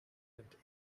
and